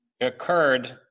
occurred